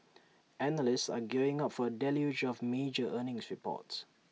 analysts are gearing up for A deluge of major earnings reports